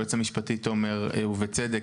היועץ המשפטי תומר ובצדק,